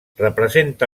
representa